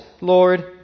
Lord